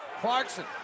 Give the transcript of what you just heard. Clarkson